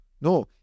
No